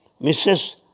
Mrs